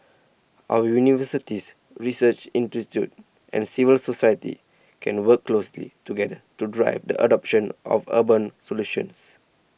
our universities research institutes and civil society can work closely together to drive the adoption of urban solutions